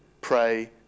pray